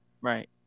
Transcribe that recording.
Right